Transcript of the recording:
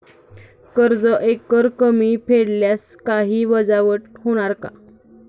कर्ज एकरकमी फेडल्यास काही वजावट होणार का?